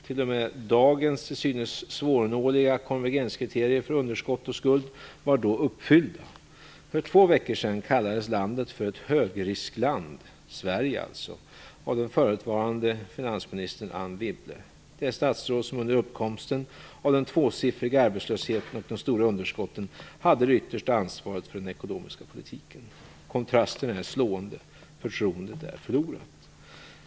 Till och med dagens till synes svårnåeliga konvergenskriterier för underskott och skuld var då uppfyllda. För två veckor sedan kallades Sverige för ett Wibble - det statsråd som under uppkomsten av den tvåsiffriga arbetslösheten och de stora underskotten hade det yttersta ansvaret för den ekonomiska politiken. Kontrasterna är slående. Förtroendet är förlorat.